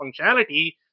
functionality